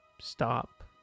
stop